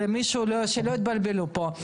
שלא יתבלבלו פה.